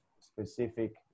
specific